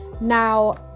Now